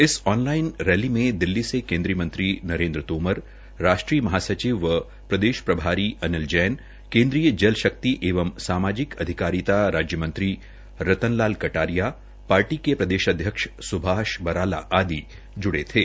इस online rally में दिल्ली से केन्द्रीय मंत्री नरेन्द्र तोमर राष्ट्रीय महासचिव व प्रदेश प्रभारी अनिल जैन केन्द्रीय जल शक्ति एवं सामाजिक अधिकारिता राज्य मंत्री रतन लाल कटारिया पार्टी के प्रेदश अध्यक्ष सुभाष बराला आदि लोग जुड़े थे